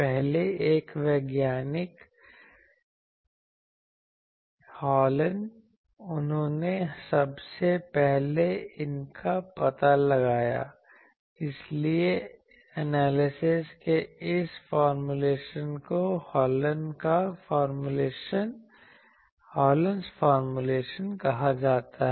पहले एक वैज्ञानिक वैज्ञानिक हॉलन उन्होंने सबसे पहले इनका पता लगाया इसीलिए एनालिसिस के इस फॉर्मूलेशन को हॉलन का फॉर्मूलेशन Hallen's formulationकहा जाता है